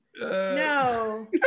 No